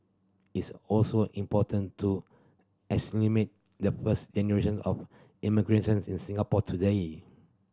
it's also important to assimilate the first generation of immigrants in Singapore today